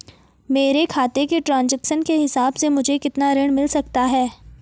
मेरे खाते के ट्रान्ज़ैक्शन के हिसाब से मुझे कितना ऋण मिल सकता है?